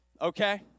Okay